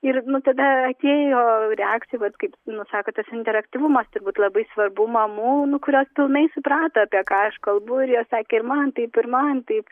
ir nuo tada atėjo reakcija vat kaip nu sakot tas interaktyvumas turbūt labai svarbu mamų nu kurios pilnai suprato apie ką aš kalbu ir jos sakė ir man taip ir man taip